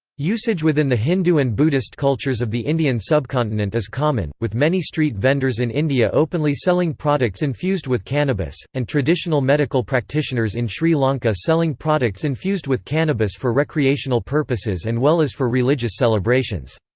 usage within the hindu and buddhist cultures of the indian subcontinent is common, with many street vendors in india openly selling products infused with cannabis, and traditional medical practitioners in sri lanka selling products infused with cannabis for recreational purposes and well as for religious celebrations.